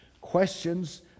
Questions